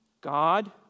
God